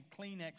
Kleenex